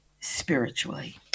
spiritually